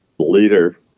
leader